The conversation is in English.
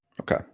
Okay